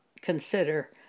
consider